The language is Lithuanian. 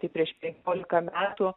tai prieš penkiolika metų